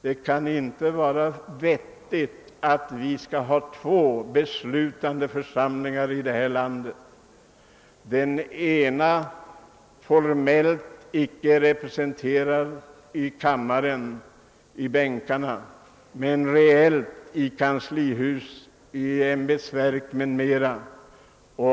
Det kan inte vara rimligt att vi skall ha två beslutande instanser i vårt land, av vilka den ena formellt icke är representerad bland kammarens ledamöter men reellt är företrädd i kanslihuset och i ämbetsverken o. s. v.